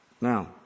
Now